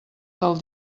del